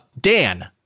Dan